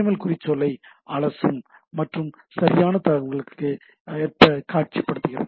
L குறிச்சொல்லை அலசும் மற்றும் சரியான விஷயங்களுக்கு ஏற்ப காட்சிப்படுத்துகிறது